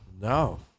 No